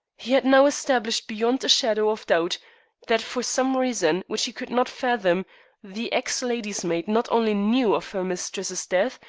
he had now established beyond a shadow of doubt that for some reason which he could not fathom the ex-lady's maid not only knew of her mistress's death,